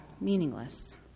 meaningless